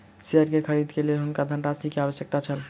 share के खरीद के लेल हुनका धनराशि के आवश्यकता छल